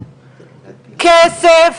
כסף,